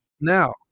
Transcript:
Now